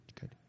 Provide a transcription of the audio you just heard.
Good